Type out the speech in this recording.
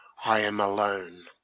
i am alone.